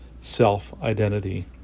self-identity